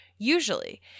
Usually